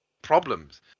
problems